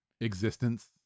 existence